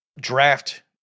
draft